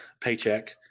paycheck